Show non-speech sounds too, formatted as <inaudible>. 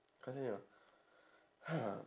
continue <noise>